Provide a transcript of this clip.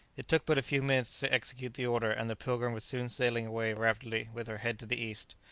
it took but a few minutes to execute the order, and the pilgrim was soon sailing away rapidly with her head to the east.